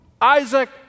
Isaac